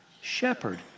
shepherd